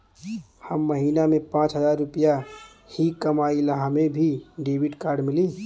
हम महीना में पाँच हजार रुपया ही कमाई ला हमे भी डेबिट कार्ड मिली?